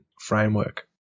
framework